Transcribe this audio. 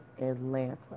Atlanta